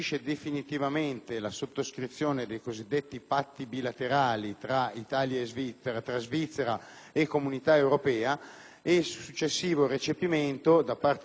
e il successivo recepimento, sempre da parte della Confederazione elvetica, di alcune normative europee per quanto riguarda la circolazione delle forze lavoro.